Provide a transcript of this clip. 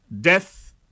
death